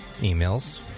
emails